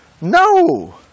No